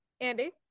Andy